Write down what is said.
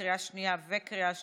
לקריאה שנייה וקריאה שלישית.